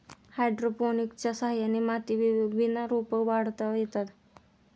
हायड्रोपोनिक्सच्या सहाय्याने मातीविना रोपं वाढवता येतात